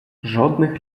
жодних